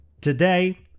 Today